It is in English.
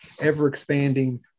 ever-expanding